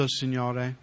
signore